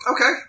Okay